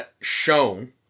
shown